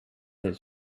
his